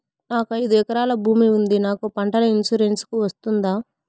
నాకు ఐదు ఎకరాల భూమి ఉంది నాకు పంటల ఇన్సూరెన్సుకు వస్తుందా?